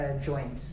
joint